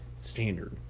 Standard